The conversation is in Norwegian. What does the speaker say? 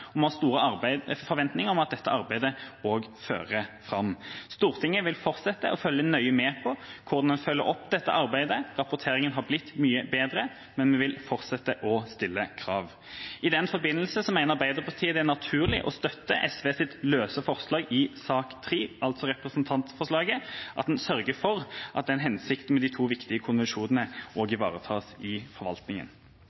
og vi har store forventninger om at også dette arbeidet fører fram. Stortinget vil fortsette å følge nøye med på hvordan man følger opp dette arbeidet. Rapporteringen har blitt mye bedre, men vi vil fortsette å stille krav. I den forbindelse mener Arbeiderpartiet det er naturlig å støtte SVs løse forslag til sak nr. 3 – altså representantforslaget – om å sørge for at hensikten med de to viktige konvensjonene